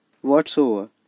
Whatsoever